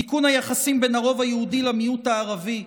תיקון היחסים בין הרוב היהודי למיעוט הערבי,